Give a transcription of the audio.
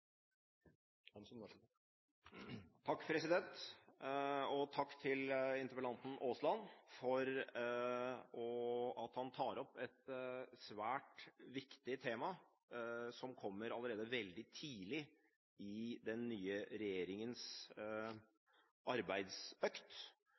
Takk til interpellanten Aasland for at han tar opp et svært viktig tema, som kommer allerede veldig tidlig i den nye regjeringens